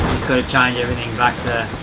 gonna change everything back.